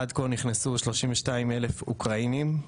נכנסו עד כה 32,000 אוקראינים.